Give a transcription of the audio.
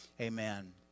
amen